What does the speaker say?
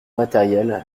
matériels